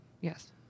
Yes